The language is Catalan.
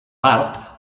part